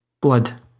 Blood